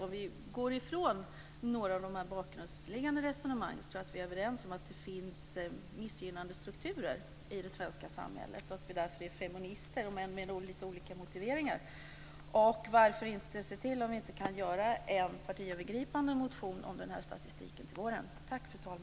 Om vi går ifrån några av de bakgrundsliggande resonemangen så tror jag att vi är överens om att det finns missgynnande strukturer i det svenska samhället och att vi därför är feminister, om än med lite olika motiveringar. Varför inte se om vi inte kan skriva en partiövergripande motion om den här statistiken till våren?